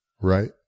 right